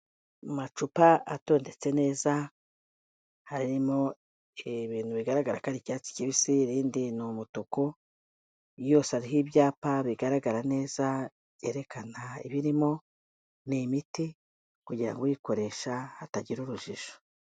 Amacupa atondetse neza harimo ibintu bigaragara ko ari icyatsi kibisi ibindi ni umutuku, yose ariho ibyapa bigaragara neza byerekana ibirimo, ni imiti kugira ngo uyikoresha atagira urujijo.